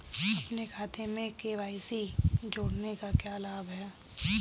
अपने खाते में के.वाई.सी जोड़ने का क्या लाभ है?